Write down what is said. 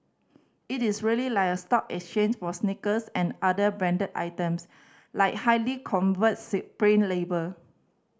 it is really like a stock exchange for sneakers and other branded items like highly coveted Supreme label